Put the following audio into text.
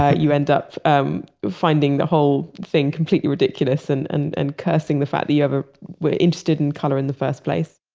ah you end up um finding the whole thing completely ridiculous and and and cursing the fact that you ever were interested in color in the first place